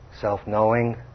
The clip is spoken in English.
Self-Knowing